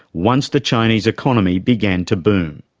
once the chinese economy began to boom.